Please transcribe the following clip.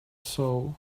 soul